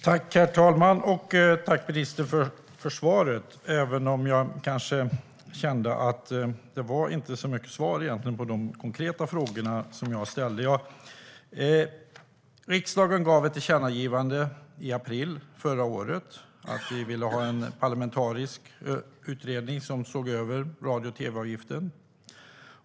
Herr talman! Jag vill tacka ministern för svaret även om jag kanske kände att det egentligen inte var så mycket svar på de konkreta frågor som jag ställde. Riksdagen gav ett tillkännagivande i april förra året. Vi ville ha en parlamentarisk utredning som såg över radio och tv-avgiften.